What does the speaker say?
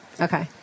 Okay